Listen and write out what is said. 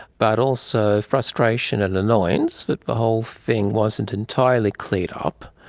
but also frustration and annoyance that the whole thing wasn't entirely cleared up.